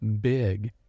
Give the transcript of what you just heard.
big